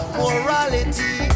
morality